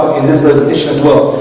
in this presentations world,